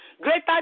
Greater